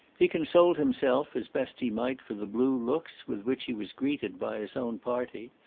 he consoled himself as best he might for the blue looks with which he was greeted by his own party,